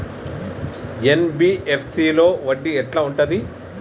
NBFC లో వడ్డీ ఎట్లా ఉంటది?